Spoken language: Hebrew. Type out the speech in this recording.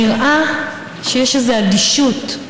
נראה שיש איזו אדישות,